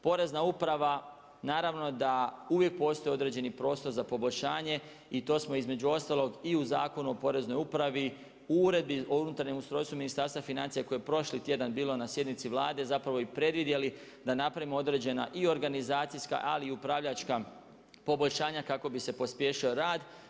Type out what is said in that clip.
Porezna uprava naravno da uvijek postoji određeni prostor za poboljšanje i to smo između ostalog i u Zakonu o Poreznoj upravi, u Uredbi o unutarnjem ustrojstvu Ministarstva financija koje je prošli tjedan bilo na sjednici Vlade zapravo i predvidjeli da napravimo određena i organizacijska, ali i upravljačka poboljšanja kako bi se pospješio rad.